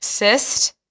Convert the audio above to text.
Cyst